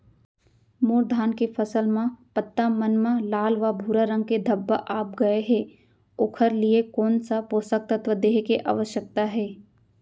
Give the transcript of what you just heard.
मोर धान के फसल म पत्ता मन म लाल व भूरा रंग के धब्बा आप गए हे ओखर लिए कोन स पोसक तत्व देहे के आवश्यकता हे?